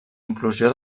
inclusió